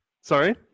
Sorry